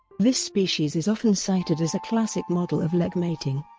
this species is often cited as a classic model of lek mating.